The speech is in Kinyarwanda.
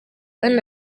kandi